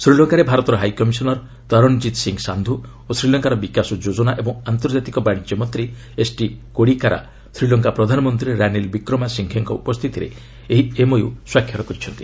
ଶ୍ରୀଲଙ୍କାରେ ଭାରତର ହାଇକମିଶନର୍ ତରଣଜିତ୍ ସିଂହ ସାନ୍ଧୁ ଓ ଶ୍ରୀଲଙ୍କାର ବିକାଶ ଯୋଜନା ଏବଂ ଆନ୍ତର୍ଜାତିକ ବାଣିଜ୍ୟ ମନ୍ତ୍ରୀ ଏସ୍ଟି କୋଡ଼ିକାରା ଶ୍ରୀଲଙ୍କା ପ୍ରଧାନମନ୍ତ୍ରୀ ରାନିଲ୍ ବିକ୍ରମାସିଂଘେଙ୍କ ଉପସ୍ଥିତିରେ ଏହି ଏମ୍ଓୟୁ ସ୍ୱାକ୍ଷର କରିଛନ୍ତି